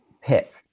Pip